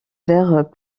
vert